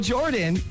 Jordan